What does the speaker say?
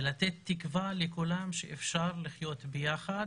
ולתת תקווה לכולם שאפשר לחיות ביחד,